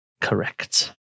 correct